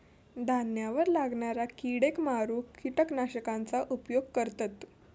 धान्यावर लागणाऱ्या किडेक मारूक किटकनाशकांचा उपयोग करतत